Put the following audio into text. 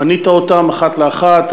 מנית אותן אחת לאחת.